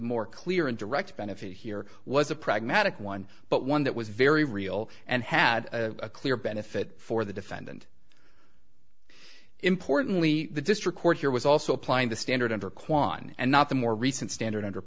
more clear and direct benefit here was a pragmatic one but one that was very real and had a clear benefit for the defendant importantly the district court here was also applying the standard for kwan and not the more recent standard under